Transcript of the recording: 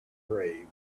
prey